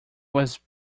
was